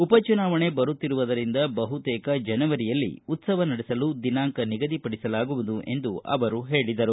ಉಪಚುನಾವಣೆ ಬರುತ್ತಿರುವುದರಿಂದ ಬಹುತೇಕ ಜನವರಿಯಲ್ಲಿ ನಡೆಸಲು ದಿನಾಂಕ ನಿಗದಿಪಡಿಸಲಾಗುವುದು ಎಂದು ಹೇಳದರು